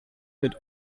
mit